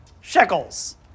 shekels